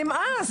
די, נמאס.